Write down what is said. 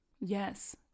Yes